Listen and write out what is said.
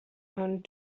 ond